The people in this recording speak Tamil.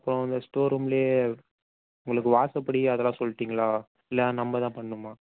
அப்புறம் அந்த ஸ்டோர் ரூம்லியே உங்களுக்கு வாசப்படி அதெல்லாம் சொல்லிட்டிங்களா இல்லை நம்பதான் பண்ணனுமா